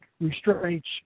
restraints